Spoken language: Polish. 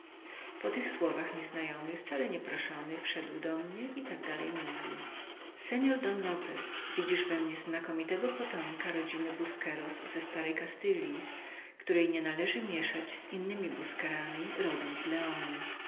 po tych słowach nieznajomy wcale nieproszony wszedł do mnie i tak dalej mówił seor don lopez widzisz we mnie znakomitego potomka rodziny busqueros ze starej kastylji której nie należy mieszać z innymi busquerami rodem z leonu